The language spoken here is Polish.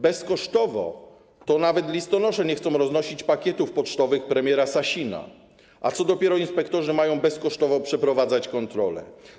Bezkosztowo to nawet listonosze nie chcą roznosić pakietów pocztowych premiera Sasina, a co dopiero inspektorzy mieliby bezkosztowo przeprowadzać kontrole.